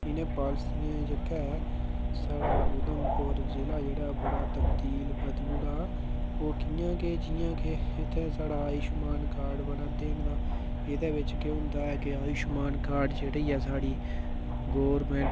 इ'नें पालसियें दा जेह्का ऐ साढ़ा उधमपुर जि'ला जेह्ड़ा ऐ बड़ा तब्दील बदली ओड़ेआ ओह् कि'यां के जियां के इत्थै साढ़ा आयुश्मान कार्ड बना'रदे न तां एह्दे बिच्च केह् होंदा ऐ कि आयुश्मान कार्ड जेह्ड़ी ऐ साढ़ी गोरमेन्ट